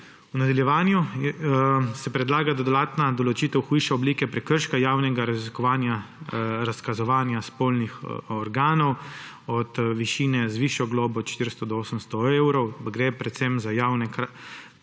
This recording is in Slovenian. V nadaljevanju se predlaga dodatna določitev hujše oblike prekrška javnega razkazovanja spolnih organov z višjo globo od višine od 400 do 800 evrov. Gre predvsem za javne kraje